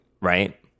right